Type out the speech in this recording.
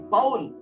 Paul